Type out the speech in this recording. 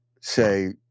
say